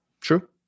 True